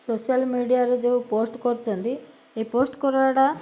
social ମିଡ଼ିଆରେ ଯେଉଁ post କରିଛନ୍ତି ଏ ପୋଷ୍ଟ କରିବାଟା